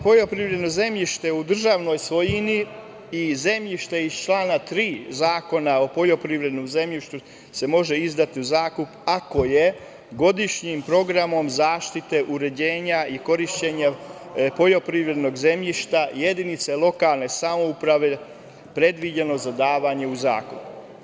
Poljoprivredno zemljište u državnoj svojini i zemljište iz člana 3. Zakona o poljoprivrednom zemljištu se može izdati u zakup ako je godišnjim programom zaštite, uređenja i korišćenja poljoprivrednog zemljišta jedinice lokalne samouprave predviđeno za davanje u zakup.